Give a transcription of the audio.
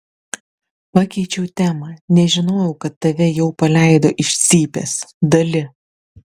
pakeičiau temą nežinojau kad tave jau paleido iš cypės dali